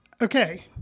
Okay